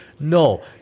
No